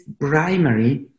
primary